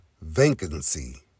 vacancy